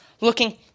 looking